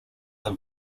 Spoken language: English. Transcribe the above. are